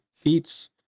feats